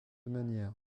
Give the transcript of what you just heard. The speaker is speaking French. manière